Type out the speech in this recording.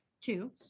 Two